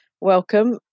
Welcome